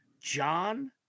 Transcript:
John